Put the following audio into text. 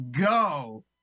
go